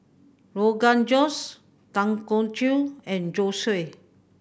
Rogan Josh Dangojiru and Zosui